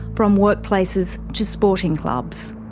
from workplaces to sporting clubs.